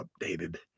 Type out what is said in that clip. updated